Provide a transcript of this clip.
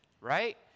right